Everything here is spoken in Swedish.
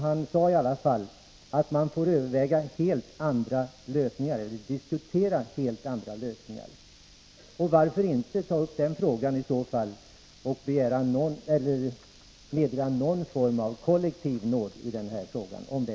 Han sade i alla fall att man får skattelindringar för diskutera helt andra lösningar. Varför då inte ta upp den frågan och, om det delägare i är möjligt, meddela någon form av kollektiv nåd i det här fallet?